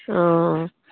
অঁ